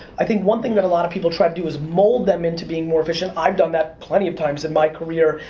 i think one thing that a lot of people try to do is mold them into being more efficient. i've done that plenty of times in my career.